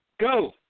Go